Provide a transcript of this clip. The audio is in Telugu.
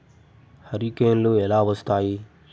హరికేన్లు ఎలా వస్తాయి?